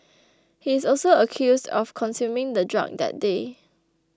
he is also accused of consuming the drug that day